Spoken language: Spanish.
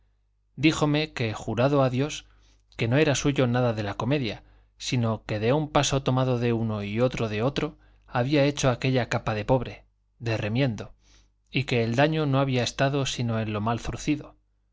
díjome que jurado a dios que no era suyo nada de la comedia sino que de un paso tomado de uno y otro de otro había hecho aquella capa de pobre de remiendo y que el daño no había estado sino en lo mal zurcido